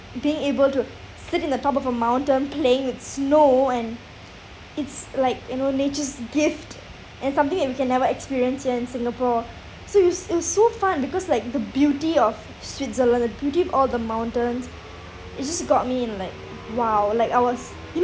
being able to sit in the top of a mountain playing with snow and it's like you know nature's gift and something that we can never experience here in singapore so it was it was so fun because like the beauty of switzerland the beauty of all the mountains it's just got me in like !wow! like I was you kn~